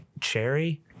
Cherry